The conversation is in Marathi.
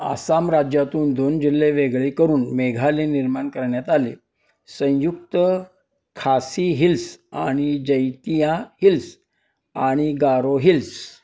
आसाम राज्यातून दोन जिल्हे वेगळे करून मेघालय निर्माण करण्यात आले संयुक्त खासी हिल्स आणि जैतिया हिल्स आणि गारो हिल्स